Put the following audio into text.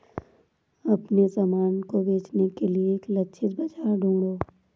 अपने सामान को बेचने के लिए एक लक्षित बाजार ढूंढो